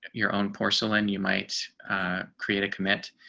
your own porcelain, you might create a commit